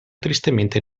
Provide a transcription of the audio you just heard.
tristemente